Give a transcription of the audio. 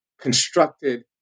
constructed